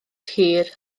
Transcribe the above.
hir